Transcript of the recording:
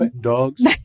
dogs